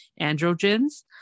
androgens